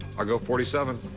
i'll go forty seven.